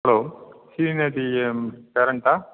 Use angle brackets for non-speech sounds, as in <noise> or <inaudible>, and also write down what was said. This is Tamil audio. ஹலோ <unintelligible> பேரண்ட்டா